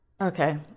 Okay